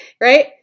Right